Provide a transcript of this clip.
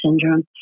syndrome